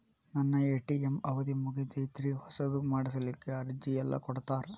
ನನ್ನ ಎ.ಟಿ.ಎಂ ಅವಧಿ ಮುಗದೈತ್ರಿ ಹೊಸದು ಮಾಡಸಲಿಕ್ಕೆ ಅರ್ಜಿ ಎಲ್ಲ ಕೊಡತಾರ?